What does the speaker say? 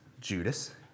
Judas